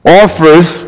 offers